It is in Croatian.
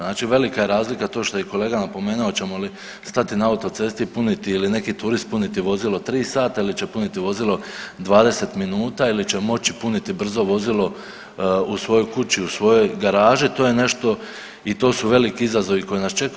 Znači velika je razlika to što je i kolega napomenuo hoćemo li stati na autocesti ili neki turist puniti vozilo tri sata ili će puniti vozilo 20 minuta ili će moći puniti brzo vozilo u svojoj kući, u svojoj garaži to je nešto i to su veliki izazovi koji nas čekaju.